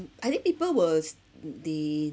I think people was th~ they